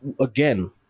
again